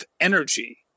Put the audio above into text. energy